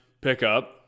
pickup